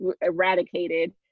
eradicated